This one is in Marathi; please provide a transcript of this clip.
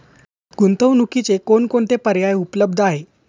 गुंतवणुकीचे कोणकोणते पर्याय उपलब्ध आहेत?